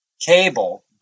Cable